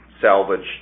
salvaged